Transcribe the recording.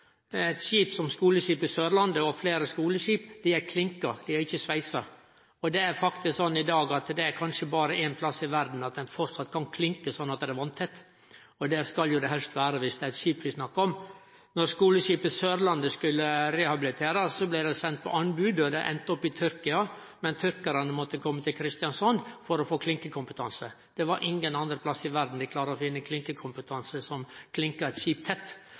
Eit skip som skoleskipet «Sørlandet» og fleire andre skoleskip er klinka – dei er ikkje sveisa. I dag er det kanskje berre ein plass i verda ein framleis kan klinke slik at det blir vasstett, og det skal det helst vere dersom det er eit skip vi snakkar om. Då skoleskipet «Sørlandet» skulle rehabiliterast, blei det sendt på anbod og endte opp i Tyrkia. Men tyrkarane måtte kome til Kristiansand for å få klinkekompetanse. Det var ingen andre plassar i verda dei kunne finne nokon med klinkekompetanse, nokon som klinka eit skip tett.